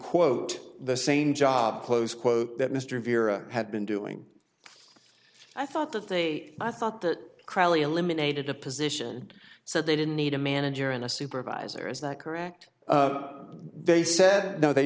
quote the same job close quote that mr vierra had been doing i thought that they i thought that crowley eliminated the position so they didn't need a manager in a supervisor is that correct they said no they